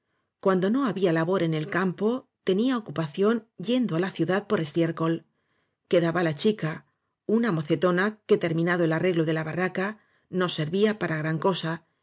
cuando no había labor en el campo tenía ocupación yen do á la ciudad por estiércol quedaba la chica una mocetona que terminado el arreglo de la barraca no servía para gran cosa